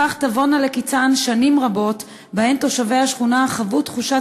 בכך תבואנה לקצן שנים רבות שבהן תושבי השכונה חוו תחושת